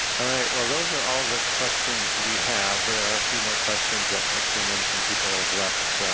all right. well those are all the questions we have. there are a few more questions that that came in from people that have left